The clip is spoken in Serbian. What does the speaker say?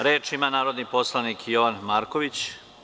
Reč ima narodni poslanik Jovan Marković.